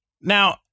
Now